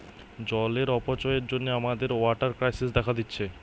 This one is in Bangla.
জলের অপচয়ের জন্যে আমাদের ওয়াটার ক্রাইসিস দেখা দিচ্ছে